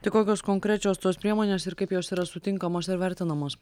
tai kokios konkrečios tos priemonės ir kaip jos yra sutinkamos ir vertinamos